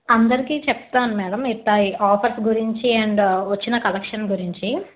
అందరికీ చెప్తాను మేడం ఇలా ఆఫర్స్ గురించి అండ్ వచ్చిన కలెక్షన్ గురించి